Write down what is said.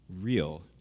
real